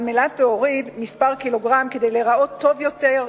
על מנת להוריד כמה קילוגרמים כדי להיראות טוב יותר,